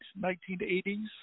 1980s